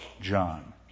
John